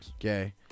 Okay